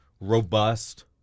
robust